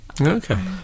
Okay